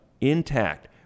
intact